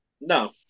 No